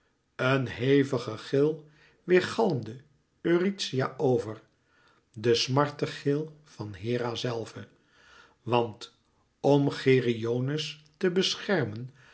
een hevige gil weêrgalmde eurythia over de smartegil van hera zelve want om geryones te beschermen